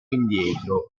indietro